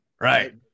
Right